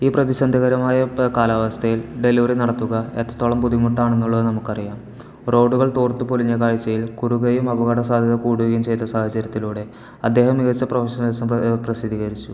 ഈ പ്രതിസന്ധികരമായ കാലാവസ്ഥയിൽ ഡെലിവറി നടത്തുക എത്രത്തോളം ബുദ്ധിമുട്ടാണെന്നുള്ളത് നമുക്കറിയാം റോഡുകൾ തോർത്ത് പൊലിഞ്ഞ കാഴ്ചയിൽ കുറുകയും അപകട സാധ്യത കൂടുകയും ചെയ്ത സാഹചര്യത്തിലൂടെ അദ്ദേഹം മികച്ച പ്രൊഫഷണലിസം പ്രസിദ്ധീകരിച്ചു